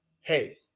hey